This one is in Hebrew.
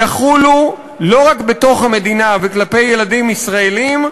יחולו לא רק בתוך המדינה וכלפי ילדים ישראלים,